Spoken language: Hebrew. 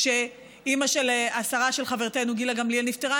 כשאימא של השרה של חברתנו גילה גמליאל נפטרה,